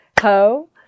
Ho